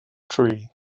tri